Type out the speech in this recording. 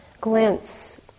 glimpse